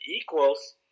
equals